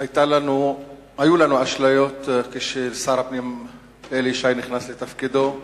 היו לנו אשליות כששר הפנים אלי ישי נכנס לתפקידו,